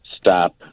stop